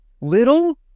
Little